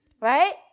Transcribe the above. right